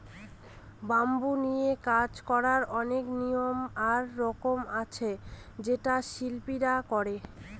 bamboo নিয়ে কাজ করার অনেক নিয়ম আর রকম আছে যেটা শিল্পীরা করে